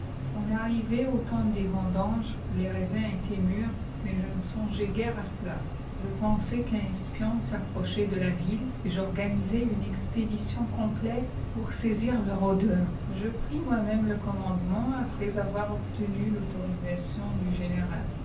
on arrivait au temps des vendanges les raisins étaient mûrs mais je ne songeais guère à cela je pensai qu'un espion s'approchait de la ville et j'organisai une expédition complète pour saisir le rôdeur je pris moi-même le commandement après avoir obtenu l'autorisation du général